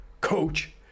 Coach